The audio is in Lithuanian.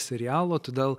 serialo todėl